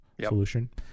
solution